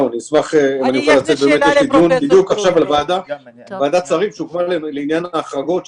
יש בדיוק עכשיו ועדת שרים שהוקמה לעניין ההחרגות,